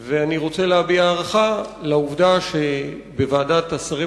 אני רוצה להביע הערכה לעובדה שבוועדת השרים